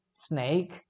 snake